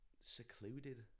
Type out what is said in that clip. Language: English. secluded